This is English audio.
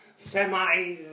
Semi